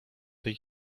tej